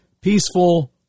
peaceful